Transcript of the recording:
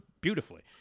beautifully